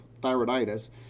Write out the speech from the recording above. thyroiditis